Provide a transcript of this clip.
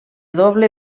doble